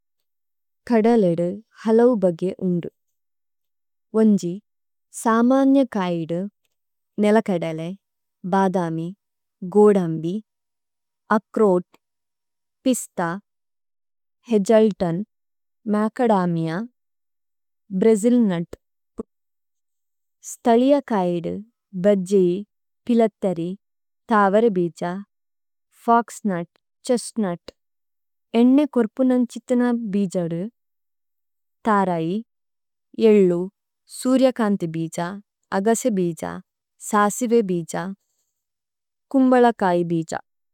കഡലഇദി ഹലവബഗി ഉണദി വനജി സാമാണയ കായഡി നിലകഡലഇ ബാദാമി ഗഓഡമഭി അപ్രഓതി പിസതാ ഹജാലടനി മാകഡാമിആ ബരസിലനടടടടടടടടടടടടടടടടടടടടടടടടടടടടടടടടടടടടടടടടടടടടടടടടടടടടടടടടടടടടടടടടടടട�